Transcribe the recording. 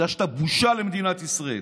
בגלל שאתה בושה למדינת ישראל.